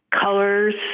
colors